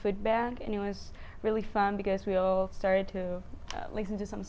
feedback and it was really fun because we all started to listen to some